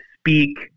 speak